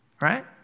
right